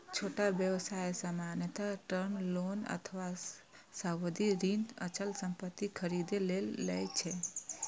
छोट व्यवसाय सामान्यतः टर्म लोन अथवा सावधि ऋण अचल संपत्ति खरीदै लेल लए छै